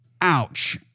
ouch